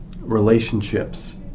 relationships